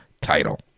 title